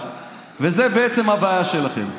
וזו בעצם הבעיה שלכם: